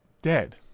dead